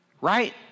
right